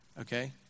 Okay